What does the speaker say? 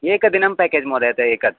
एकदिनं पेकेज् महोय एकत्र